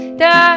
da